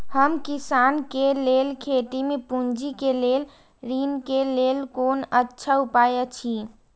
हम किसानके लेल खेती में पुंजी के लेल ऋण के लेल कोन अच्छा उपाय अछि?